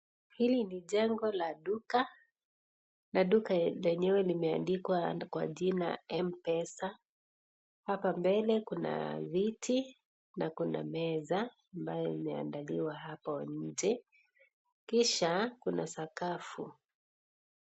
Hili ni jengo la duka na duka lenyewe limeandikwa kwa jina M-pesa. Hapa mbele kuna viti na kuna meza ambayo imeandaliwa hapo nje kisha kuna sakafu.